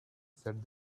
said